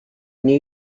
new